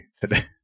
today